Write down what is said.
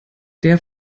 der